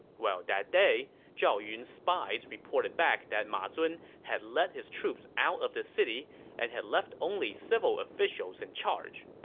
well, that day, zhao yun's spies reported back that ma zun had led his troops out of the city and had left only civil officials in charge.